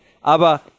Aber